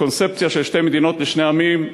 הקונספציה של שתי מדינות לשני עמים,